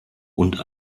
und